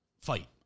fight